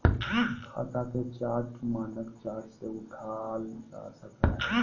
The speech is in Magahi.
खाता के चार्ट मानक चार्ट से उठाल जा सकय हइ